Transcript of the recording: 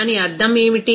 దాని అర్థం ఏమిటి